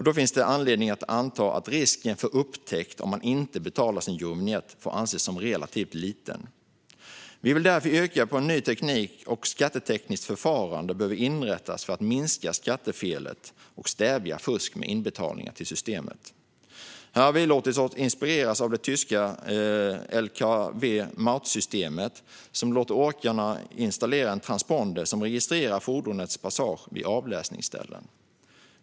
Då finns det anledning att anta att risken för upptäckt om man inte betalar sin Eurovinjett är relativt liten. Vi vill därför att ny teknik och ett nytt skattetekniskt förfarande inrättas för att minska skattefelet och stävja fusk med inbetalningar till systemet. Här har vi låtit oss inspireras av det tyska Lkw-Maut-systemet, som låter åkarna installera en transponder som registrerar fordonets passage vid avläsningsställen.